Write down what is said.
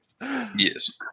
Yes